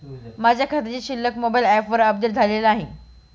माझ्या खात्याची शिल्लक मोबाइल ॲपवर अपडेट झालेली नाही